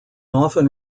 often